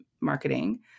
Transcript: marketing